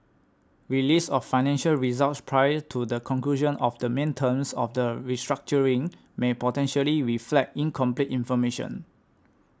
release of financial results prior to the conclusion of the main terms of the restructuring may potentially reflect incomplete information